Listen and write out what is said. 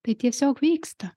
tai tiesiog vyksta